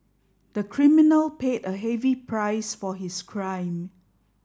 the criminal paid a heavy price for his crime